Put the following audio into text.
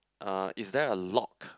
uh is there a lock